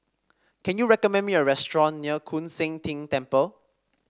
can you recommend me a restaurant near Koon Seng Ting Temple